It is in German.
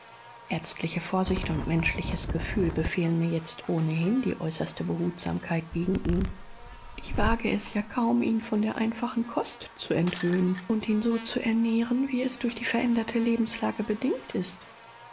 ärztliche vorsicht und menschliches gefühl befehlen mir jetzt ohnehin die äußerste behutsamkeit gegen ihn ich wage es ja kaum ihn von der einfachen kost zu entwöhnen und ihn so zu ernähren wie es durch die veränderte lebenslage bedingt ist